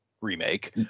remake